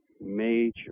major